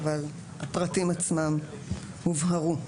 אבל הפרטים עצמם הובהרו.